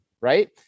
right